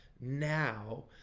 now